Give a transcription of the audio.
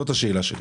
זאת השאלה שלי.